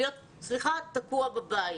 להיות תקוע בבית.